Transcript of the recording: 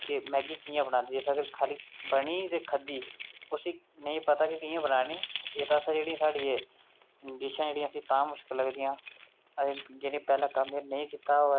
कोई बी चीज़ कदें बेल्लै बी कम्म आई सकदी ऐ ते असें एह् जेह्ड़ा इक्क छोटा जेहा तिनका ऐ एह्बी अस पैरें थल्ले रौंदी ओड़ने आं जे ओह्बी साढ़ी अक्खी बिच पेई जाये असेंगी किन्ना कश्ट देग इस बास्तै असें